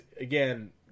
again